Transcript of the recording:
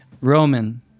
Roman